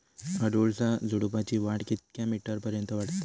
अडुळसा झुडूपाची वाढ कितक्या मीटर पर्यंत वाढता?